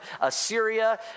Assyria